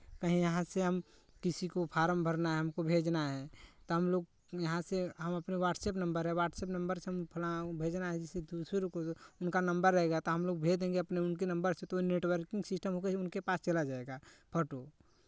कहीं यहाँ से हम किसी को फॉर्म भरना है हमको भेजना है तो हमलोग यहाँ से हम अपने वाट्सअप नंबर है वाट्सअप नंबर से फलाँ को भेजना है उनका नंबर रहेगा तो हमलोग भेज देंगे अपने उनके नम्बर से तो नेटवर्किंग सिस्टम होके उनके पास चले जाएगा फोटो